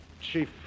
Chief